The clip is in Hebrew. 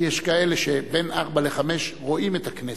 כי יש כאלה שבין 16:00 ל-17:00 רואים את הכנסת,